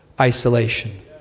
isolation